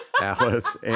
Alice